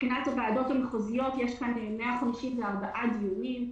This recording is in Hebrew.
מבחינת הוועדות המחוזיות היו 154 דיונים.